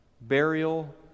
burial